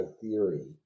theory